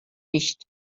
nicht